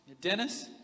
Dennis